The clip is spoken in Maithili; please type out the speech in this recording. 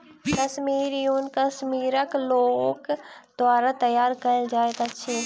कश्मीरी ऊन कश्मीरक लोक द्वारा तैयार कयल जाइत अछि